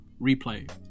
replay